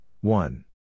one